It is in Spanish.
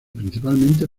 principalmente